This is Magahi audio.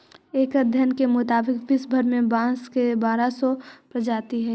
एक अध्ययन के मुताबिक विश्व भर में बाँस के बारह सौ प्रजाति हइ